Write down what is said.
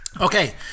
Okay